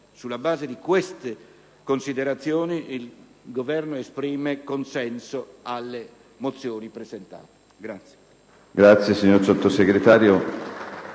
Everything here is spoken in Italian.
Sulla base di queste considerazioni, il Governo esprime consenso alle mozioni presentate.